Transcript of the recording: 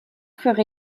furent